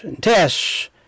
tests